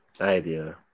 idea